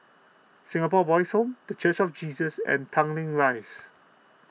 Singapore Boys' Home the Church of Jesus and Tanglin Rise